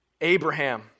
Abraham